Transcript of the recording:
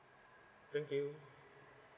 thank you